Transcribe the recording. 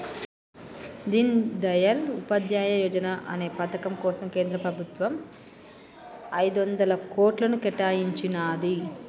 దీన్ దయాళ్ ఉపాధ్యాయ యోజనా అనే పథకం కోసం కేంద్ర ప్రభుత్వం ఐదొందల కోట్లను కేటాయించినాది